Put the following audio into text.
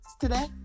today